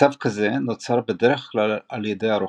מצב כזה נוצר בדרך כלל על ידי הרוכב,